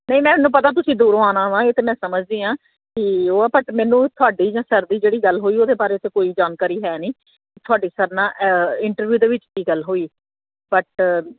ਨਹੀਂ ਮੈਨੂੰ ਪਤਾ ਤੁਸੀਂ ਦੂਰੋਂ ਆਉਣਾ ਵਾ ਇਹ ਤਾਂ ਮੈਂ ਸਮਝਦੀ ਹਾਂ ਅਤੇ ਉਹ ਆਪਾਂ ਮੈਨੂੰ ਤੁਹਾਡੀ ਜਾਂ ਸਰ ਦੀ ਜਿਹੜੀ ਗੱਲ ਹੋਈ ਉਹਦੇ ਬਾਰੇ ਤਾਂ ਕੋਈ ਜਾਣਕਾਰੀ ਹੈ ਨਹੀਂ ਤੁਹਾਡੀ ਸਰ ਨਾਲ ਇੰਟਰਵਿਊ ਦੇ ਵਿੱਚ ਕੀ ਗੱਲ ਹੋਈ ਬਟ